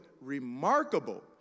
remarkable